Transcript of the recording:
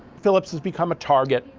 phillips has become a target.